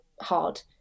hard